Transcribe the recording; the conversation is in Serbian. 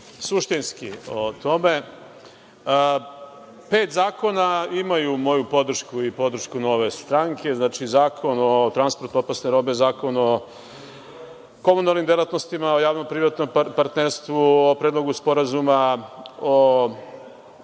suštinski o tome. Pet zakona imaju moju podršku i podršku Nove stranke. Znači, Zakon o transportu opasne robe, Zakon o komunalnim delatnostima, o javno-privatnom partnerstvu, o Predlogu sporazuma o